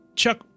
Chuck